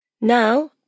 Now